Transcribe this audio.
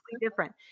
different